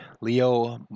Leo